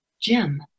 Jim